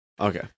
Okay